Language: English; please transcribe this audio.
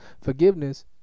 forgiveness